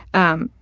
um,